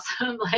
awesome